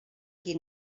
qui